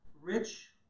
rich